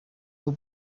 two